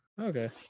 Okay